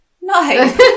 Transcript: No